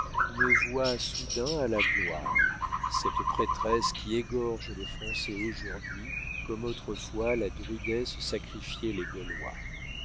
me voua soudain à la gloire cette prêtresse qui égorge les français aujourd'hui comme autrefois la druidesse sacrifiait les gaulois